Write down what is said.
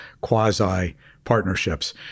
quasi-partnerships